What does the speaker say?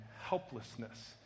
helplessness